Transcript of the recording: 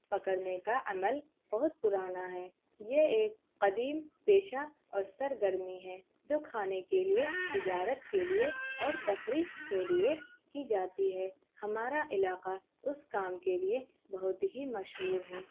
پکڑنے کا عمل بہت پرانا ہے یہ ایک قدیم پیشہ اور سرگرمی ہے جو کھانے کے لیے تجارت کے لیے اور تفریح کے لیے کی جاتی ہے ہمارا علاقہ اس کام کے لیے بہت ہی مشہور ہے